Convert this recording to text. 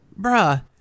bruh